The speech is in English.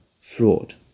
fraud